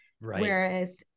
Whereas